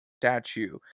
statue